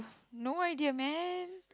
no idea man